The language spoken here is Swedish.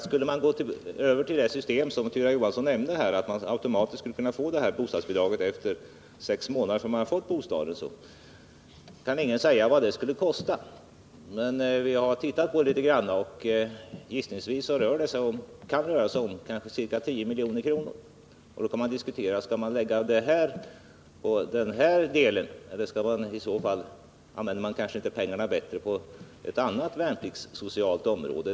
Skulle man gå över till det system som Tyra Johansson nämnde, så att vederbörande automatiskt får bostadsbidrag sex månader efter erhållandet av bostaden, kan ingen säga vad det skulle kosta. Vi har emellertid sett på problemet litet grand. Gissningsvis kan det röra sig om ca 10 milj.kr. Då kan man diskutera om pengarna skall användas för den här saken eller om de inte kan användas bättre på ett annat värnpliktssocialt område.